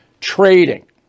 trading